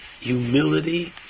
humility